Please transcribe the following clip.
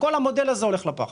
כל המודל הזה הולך לפח.